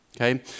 Okay